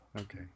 Okay